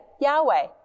Yahweh